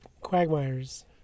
quagmires